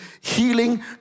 healing